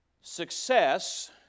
Success